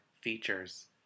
features